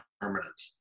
permanent